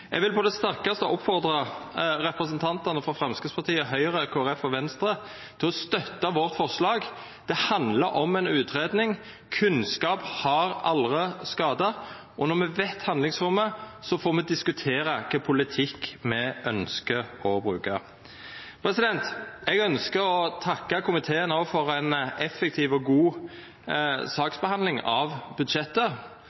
Eg vil på det sterkaste oppfordra representantane frå Framstegspartiet, Høgre, Kristeleg Folkeparti og Venstre til å støtta forslaget vårt. Det handlar om ei utgreiing. Kunnskap har aldri skada, og når me kjenner handlingsrommet, får me diskutera kva slags politikk me ønskjer å bruka. Eg ønskjer òg å takka komiteen for ei effektiv og god